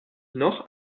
noch